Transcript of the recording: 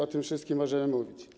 O tym wszystkim możemy mówić.